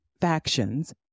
factions